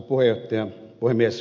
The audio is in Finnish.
arvoisa puhemies